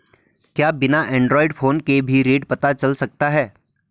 क्या बिना Android phone के भी रेट पता चल सकता है?